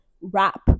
wrap